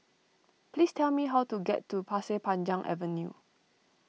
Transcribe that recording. please tell me how to get to Pasir Panjang Avenue